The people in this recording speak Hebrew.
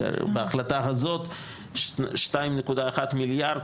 בהחלטה הזאת שתיים נקודה אחד מיליארד,